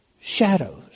Shadows